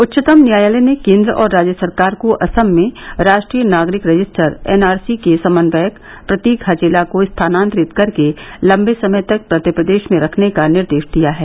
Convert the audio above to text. उच्चतम न्यायालय ने केन्द्र और राज्य सरकार को असम में राष्ट्रीय नागरिक रजिस्टर एन आर सी के समन्वयक प्रतीक हजेला को स्थानांतरित करके लंबे समय तक मध्यप्रदेश में रखने का निर्देश दिया है